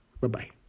Bye-bye